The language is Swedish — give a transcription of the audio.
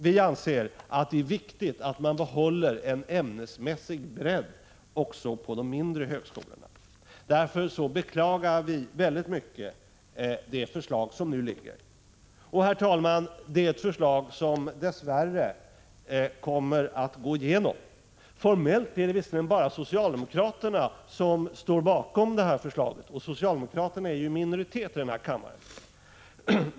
Vi anser emellertid att det är viktigt att behålla en ämnesmässig bredd också på de mindre högskolorna. Vi anser att det nu föreliggande förslaget därför är mycket beklagligt. Det är, herr talman, ett förslag som dess värre kommer att vinna bifall. Formellt är det visserligen bara socialdemokraterna som står bakom förslaget — och socialdemokraterna är ju i minoritet i denna kammare.